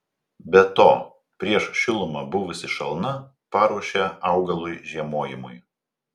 be to prieš šilumą buvusi šalna paruošė augalui žiemojimui